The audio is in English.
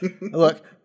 Look